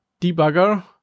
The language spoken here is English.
debugger